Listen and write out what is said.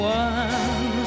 one